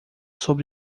sob